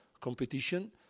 competition